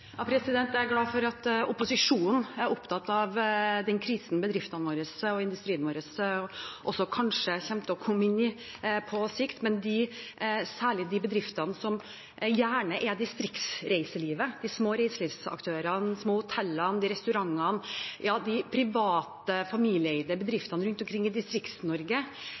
Jeg er glad for at opposisjonen er opptatt av den krisen som bedriftene våre er i – og som kanskje industrien vår også kommer i på sikt – særlig de bedriftene som gjerne er distriktsreiselivet: de små reiselivsaktørene, de små hotellene og restaurantene – ja, de private familieeide bedriftene rundt omkring i